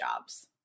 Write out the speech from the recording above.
jobs